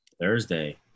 Thursday